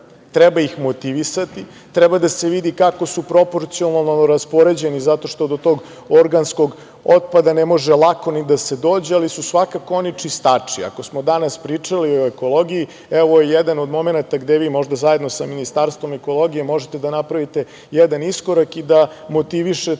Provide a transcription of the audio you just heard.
Treba ih motivisati, treba da se vidi kako su proporcionalno raspoređeni zato što do tog organskog otpada ne može lako da se dođe, ali su svakako oni čistači. Ako smo danas pričali o ekologiji, evo ovo je jedan od momenata gde vi možda zajedno sa Ministarstvom ekologije možete da napravite jedan iskorak i da motivišete